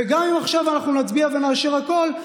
וגם אם עכשיו אנחנו נצביע ונאשר הכול,